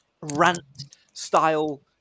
rant-style